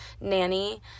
nanny